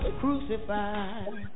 crucified